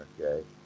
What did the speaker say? Okay